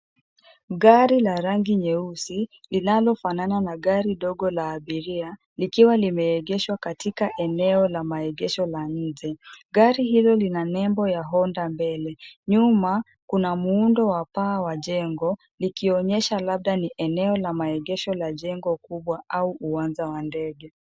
Gari la rangi nyeusi linalofanana na gari dogo la abiria likiwa limeegeshwa katika eneo la maegesho la nje. Gari hilo lina nembo ya honda mbele. Nyuma kuna muundo wa paa wa jengo likionyesha labda ni eneo la maegesho la jengo kubwa au uwanja wa ndege.